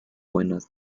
buenas